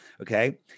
Okay